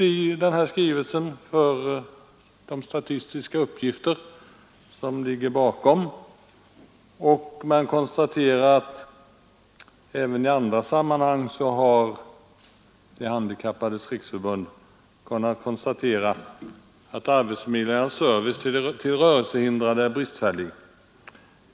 I skrivelsen anförs de statistiska uppgifter som ligger bakom och man konstaterar att även i andra sammanhang har De handikappades riksförbund kunnat konstatera att arbetsförmedlingarnas service till rörelsehindrade är bristfällig.